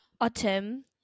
autumn